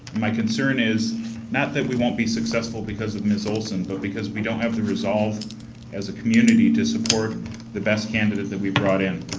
my concern is not that we won't be successful because of miss olson, but because we don't have the resolve as a community to support the best candidate we've brought in.